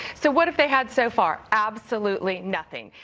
so what if they had so far absolutely nothing.